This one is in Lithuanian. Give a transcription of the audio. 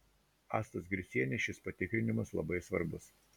astos gricienės šis patikrinimas labai svarbus